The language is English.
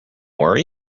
worry